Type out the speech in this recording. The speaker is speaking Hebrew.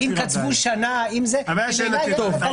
-- אם --- שנה --- הבעיה היא שאתה